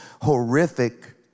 horrific